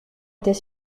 était